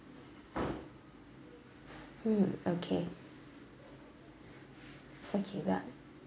mm okay okay